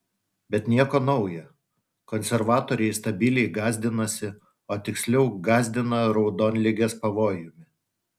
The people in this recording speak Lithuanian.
bet nieko nauja konservatoriai stabiliai gąsdinasi o tiksliau gąsdina raudonligės pavojumi